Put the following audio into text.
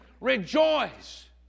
rejoice